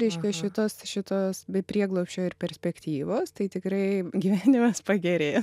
reiškia šitos šitos be prieglobsčio ir perspektyvos tai tikrai gyvenimas pagerėja